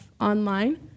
online